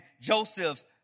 Joseph's